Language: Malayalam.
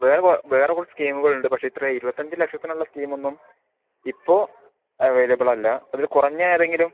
വേറെ വേറെ കുറച്ച് സ്കീമുകൾ ഉണ്ട് പക്ഷെ ഇത്ര ഇരുപത്തഞ്ച് ലക്ഷത്തിനുള്ള സ്കീമ് ഒന്നും ഇപ്പോൾ അവൈലബിൾ അല്ല അതിൽ കുറഞ്ഞ ഏതെങ്കിലും